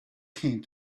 came